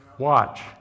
Watch